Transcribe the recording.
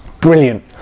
Brilliant